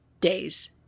days